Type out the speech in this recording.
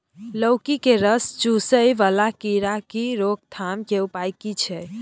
लौकी के रस चुसय वाला कीरा की रोकथाम के उपाय की छै?